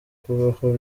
kubaho